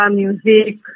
music